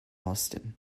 austen